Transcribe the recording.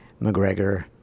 McGregor